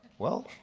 well,